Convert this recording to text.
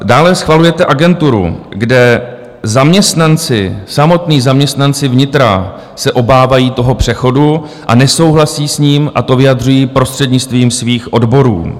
Dále schvalujete agenturu, kde samotní zaměstnanci vnitra se obávají toho přechodu, nesouhlasí s ním a to vyjadřují prostřednictvím svých odborů.